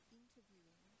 interviewing